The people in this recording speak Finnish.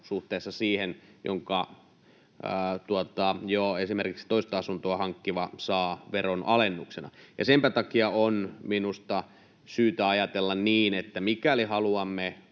suhteessa siihen, jonka esimerkiksi jo toista asuntoa hankkiva saa veronalennuksena. Ja senpä takia on minusta syytä ajatella niin, että mikäli haluamme